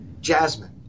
jasmine